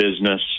business